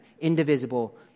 Indivisible